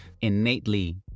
innately